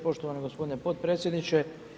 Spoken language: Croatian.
Poštovani gospodine potpredsjedniče.